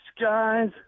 skies